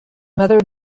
mother